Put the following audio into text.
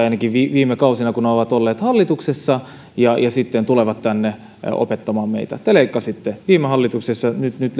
ainakin viime kausina aina kun on ollut hallituksessa ja ja sitten tulee tänne opettamaan meitä te leikkasitte viime hallituksessa nyt nyt